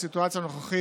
בסיטואציה הנוכחית,